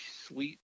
Sweet